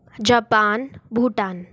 Japan Bhutan